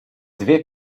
dwie